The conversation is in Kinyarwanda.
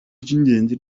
ry’ingenzi